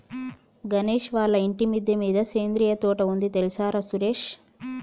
గణేష్ వాళ్ళ ఇంటి మిద్దె మీద సేంద్రియ తోట ఉంది తెల్సార సురేష్